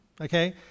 Okay